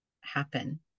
happen